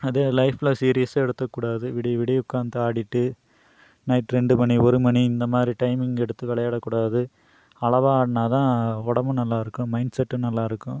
அது லைஃப்பில் சீரியஸாக எடுத்துக்கக்கூடாது விடிய விடிய உட்க்காந்து ஆடிட்டு நைட் ரெண்டுமணி ஒரு மணி இந்தமாதிரி டைமிங் எடுத்து விளையாடக்கூடாது அளவாக ஆடினாதான் உடம்பும் நல்லா இருக்கும் மைன்ட்செட்டும் நல்லா இருக்கும்